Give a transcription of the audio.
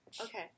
Okay